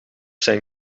zijn